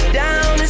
down